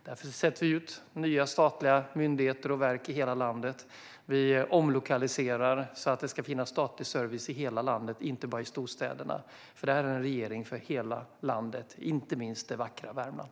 Därför placerar vi ut nya statliga myndigheter och verk i hela landet. Vi omlokaliserar så att det ska finnas statlig service i hela landet och inte bara i storstäderna, för detta är en regering för hela landet, inte minst det vackra Värmland.